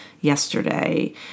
yesterday